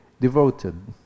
devoted